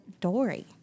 Dory